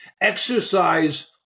exercise